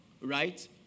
right